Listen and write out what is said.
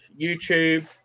YouTube